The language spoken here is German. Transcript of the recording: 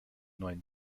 neuen